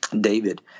david